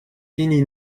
fini